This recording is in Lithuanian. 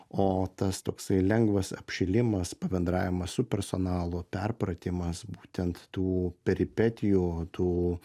o tas toksai lengvas apšilimas pabendravimas su personalu perpratimas būtent tų peripetijų tų